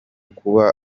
kuba